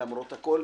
למרות הכול,